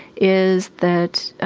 is that